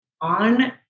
on